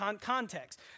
context